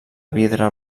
vidre